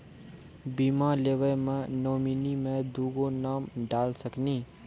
बीमा लेवे मे नॉमिनी मे दुगो नाम डाल सकनी?